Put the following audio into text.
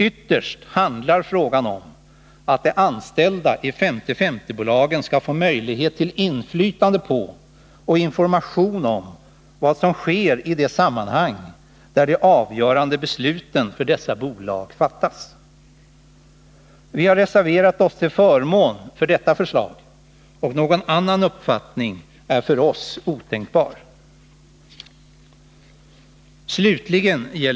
Ytterst handlar frågan om att de anställda i 50/50-bolagen skall få möjlighet till inflytande på och information om vad som sker i de sammanhang där de avgörande besluten för dessa bolag fattas. Vi har reserverat oss till förmån för detta förslag, och någon annan uppfattning är för oss otänkbar.